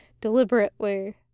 deliberately